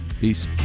Peace